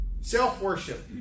self-worship